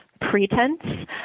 pretense